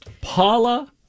Paula